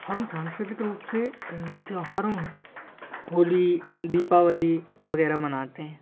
हम सांस्कृतिक रूप से त्योहारों में होली दीपावली वगैरह मनाते हैं